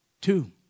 two